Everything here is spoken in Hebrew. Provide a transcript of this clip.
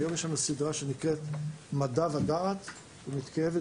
היום יש לנו סדרה שנקראת "מדע ודעת" ומתקיימת